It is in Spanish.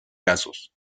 casos